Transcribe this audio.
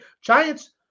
Giants –